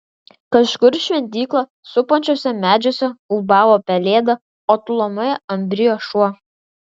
kažkur šventyklą supančiuose medžiuose ūbavo pelėda o tolumoje ambrijo šuo